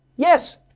Yes